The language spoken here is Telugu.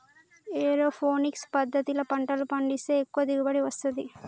ఏరోపోనిక్స్ పద్దతిల పంటలు పండిస్తే ఎక్కువ దిగుబడి వస్తది